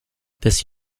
this